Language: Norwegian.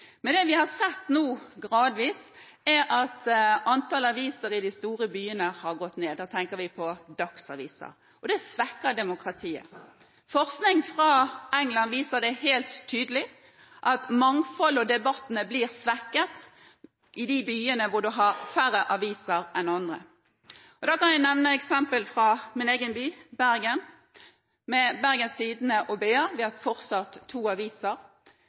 Men det vi har sett nå, er at antallet aviser i de store byene gradvis har gått ned. Da tenker jeg på dagsaviser. Det svekker demokratiet. Forskning fra England viser helt tydelig at mangfoldet og debattene blir svekket i de byene som har færre aviser enn andre. Jeg kan nevne et eksempel fra min egen by, Bergen, med Bergens Tidende og BA. Vi har fortsatt to aviser,